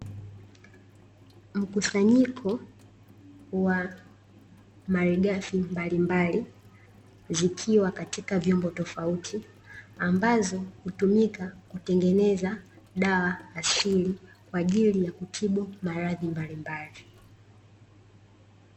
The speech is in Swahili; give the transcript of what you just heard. Mkusanyiko wa malighafi mbalimbali zikiwa katika vyombo tofauti ambazo hutumika kutengeneza dawa asili kwa ajili ya kutibu maradhi mbalimbali.